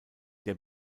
der